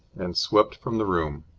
and swept from the room.